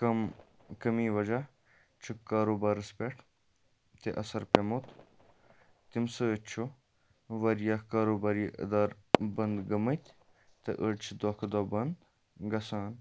کم کٔمی وَجہ چھُ کاروبارَس پٮ۪ٹھ تہِ اَثر پیٚومُت تمہِ سۭتۍ چھُ واریاہ کاروبار ادار بنٛد گٔمٕتۍ تہٕ أڑۍ چھِ دۄہ کھۄتہٕ دۄہ بنٛد گژھان